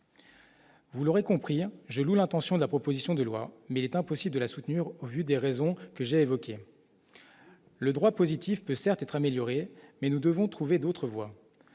Vous l'aurez compris gel ou l'intention de la proposition de loi mais il est impossible de la soutenir au vu des raisons que j'ai évoqué le droit positif peut certes être améliorée, mais nous devons trouver d'autres voies,